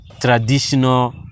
traditional